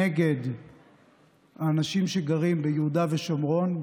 נגד האנשים שגרים ביהודה ושומרון,